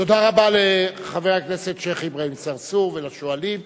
תודה רבה לחבר הכנסת שיח' אברהים צרצור ולשואלים.